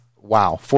wow